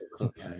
okay